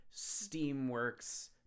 steamworks